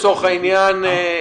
לצורך העניין,